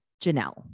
Janelle